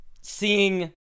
seeing